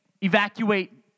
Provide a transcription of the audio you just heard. evacuate